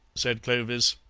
said clovis.